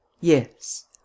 yes